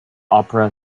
opera